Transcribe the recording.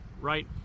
right